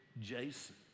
Jason